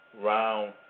round